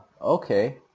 Okay